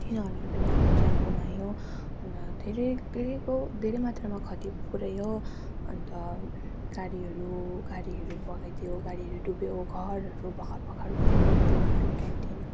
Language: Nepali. तिनीहरूले पनि आफ्नो ज्यान गुमायो अन्त धेरै धेरैको धेरै मात्रामा खती पुर्यायो अन्त गाडीहरू गाडीहरू बगाइदियो गाडीहरू डुब्यो घरहरू भर्खर भर्खर खोलेको दोकान क्यान्टिन